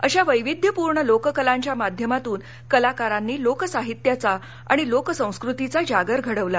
अशा वैविध्यपूर्ण लोककलांच्या माध्यमातून कलाकारांनी लोकसाहित्याचा आणि लोकसंस्कृतीचा जागर घडविला